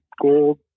gold